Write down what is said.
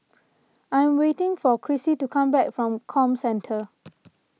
I am waiting for Crissy to come back from Comcentre